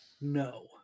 No